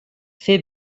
fer